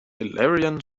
illawarra